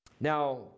Now